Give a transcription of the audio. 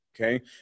Okay